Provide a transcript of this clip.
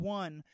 one